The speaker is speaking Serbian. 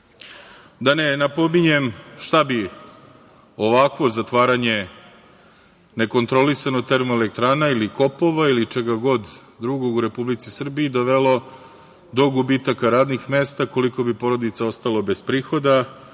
ne napominjem šta bi ovakvo zatvaranje nekontrolisano termoelektrana ili kopova ili čega god drugog u Republici Srbiji, dovelo do gubitaka radnih mesta, koliko bi porodica ostalo bez prihoda,